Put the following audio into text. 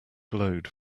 glowed